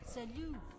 Salut